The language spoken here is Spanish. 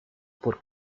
por